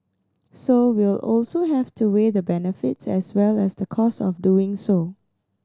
so we'll also have to weigh the benefits as well as the cost of doing so